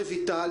רויטל,